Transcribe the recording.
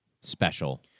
special